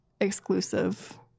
exclusive